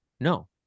No